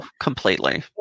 completely